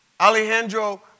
Alejandro